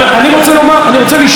כיוון שנאומה מתועד,